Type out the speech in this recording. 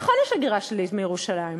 נכון, יש הגירה שלילית מירושלים,